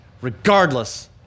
regardless